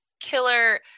Killer